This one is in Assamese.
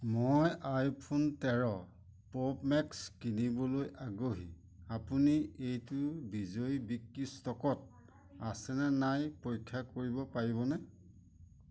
মই আইফোন তেৰ প্ৰ'মেক্স কিনিবলৈ আগ্ৰহী আপুনি এইটো বিজয় বিক্ৰী ষ্টকত আছেনে নাই পৰীক্ষা কৰিব পাৰিবনে